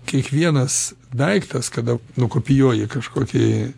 kiekvienas daiktas kada nukopijuoji kažkokį